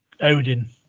Odin